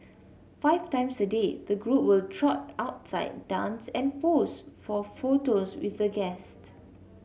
five times a day the group will trot outside dance and pose for photos with the guest